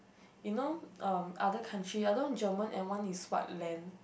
you know um other country I don't German and one is what land